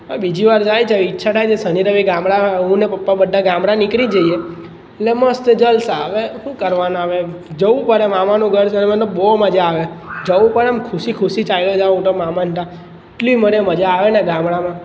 બીજી વાર જઈશ હવે ઈચ્છા થાય છે શનિ રવિ ગામડામાં હું ને પપ્પા બધા ગામડામાં નિકળી જઈએ એટલે મસ્ત જલસા હવે હું કરવાનું હવે એમ જવું પડે મામાનું ઘર છે અને મને બહુ મજા આવે જવું પણ આમ ખુશી ખુશી ચાલ્યો જાઉં હું તો મામાને ત્યાં એટલી મને મજા આવે ને ગામડામાં